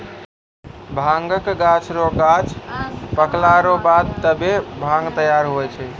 भांगक गाछ रो गांछ पकला रो बाद तबै भांग तैयार हुवै छै